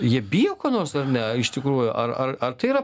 jie bijo ko nors ar ne iš tikrųjų ar ar tai yra